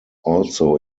also